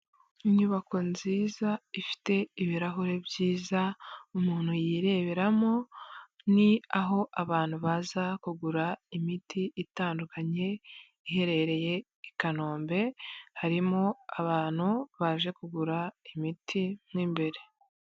Inyubako nziza ifite ibirahure byiza umuntu yireberamo, ni aho abantu baza kugura imiti itandukanye, iherereye i Kanombe harimo abantu baje kugura imiti mo imbere.